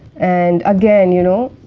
and again, you know,